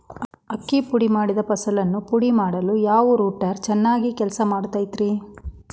ಅಕ್ಕಿ ಮಾಡಿದ ಫಸಲನ್ನು ಪುಡಿಮಾಡಲು ಯಾವ ರೂಟರ್ ಚೆನ್ನಾಗಿ ಕೆಲಸ ಮಾಡತೈತ್ರಿ?